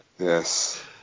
Yes